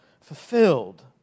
fulfilled